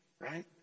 right